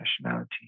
nationality